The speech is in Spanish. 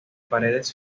paredes